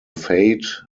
fade